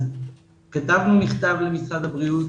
כתבנו מכתב למשרד הבריאות,